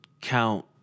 count